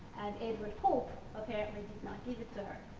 and edward pope apparently did not give it to her.